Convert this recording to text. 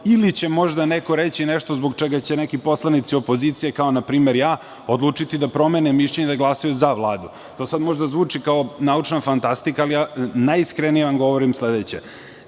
ili će možda neko reći nešto zbog čega će neki poslanici opozicije, kao npr. ja, odlučiti da promene mišljenje i da glasaju za Vladu. To sada možda zvuči kao naučna fantastika, ali vam najiskrenije govorim sledeće.